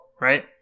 right